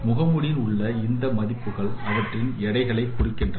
முகமூடியில் உள்ள இந்த மதிப்புகள் அவற்றின் எடைகளை குறிக்கின்றன